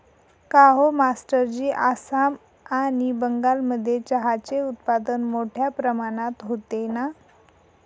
काहो मास्टरजी आसाम आणि बंगालमध्ये चहाचे उत्पादन मोठया प्रमाणात होते ना